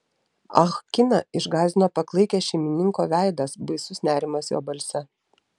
ah kiną išgąsdino paklaikęs šeimininko veidas baisus nerimas jo balse